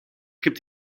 gibt